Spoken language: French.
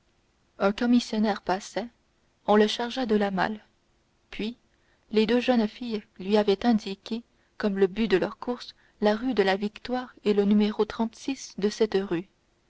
un commissionnaire passait on le chargea de la malle puis les deux jeunes filles lui ayant indiqué comme le but de leur course la rue de la victoire et le de cette rue